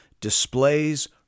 displays